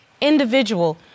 individual